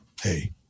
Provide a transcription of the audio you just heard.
Hey